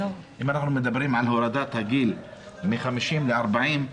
אם מדברים על הורדת הגיל מ-50 ל-40,